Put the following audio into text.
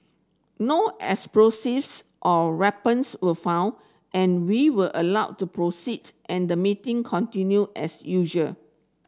no explosives or weapons were found and we were allowed to proceed and the meeting continued as usual